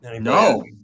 No